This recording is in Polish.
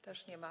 Też nie ma.